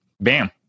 Bam